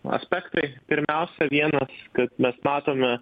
aspektai pirmiausia vienas kad mes matome